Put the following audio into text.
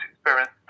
experience